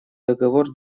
договор